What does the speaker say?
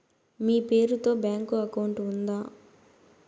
మీ పేరు తో bank account ఉందా?